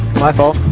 my fault.